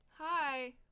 Hi